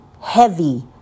heavy